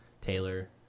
Taylor